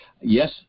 Yes